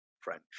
French